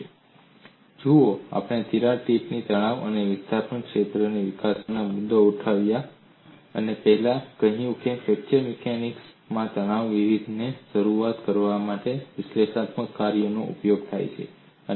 વિશ્લેષણાત્મક વિધેયો જુઓ આપણે તિરાડ ટીપ તણાવ અને વિસ્થાપન ક્ષેત્રો વિકસાવવાનો મુદ્દો ઉઠાવતા પહેલા મેં કહ્યું કે ફ્રેક્ચર મિકેનિક્સ માં તણાવ વિધેયને શરૂઆત કરવા માટે વિશ્લેષણાત્મક કાર્યોનો ઉપયોગ થાય છે